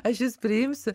aš jus priimsiu